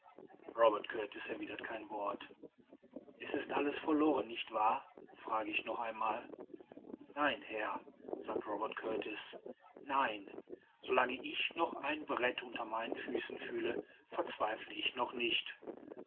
robert kurtis erwidert kein wort es ist alles verloren nicht wahr frage ich noch einmal nein herr sagt robert kurtis nein so lange ich noch ein brett unter meinen füßen fühle verzweifle ich noch nicht